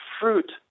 fruit